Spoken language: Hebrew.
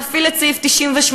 נפעיל את סעיף 98,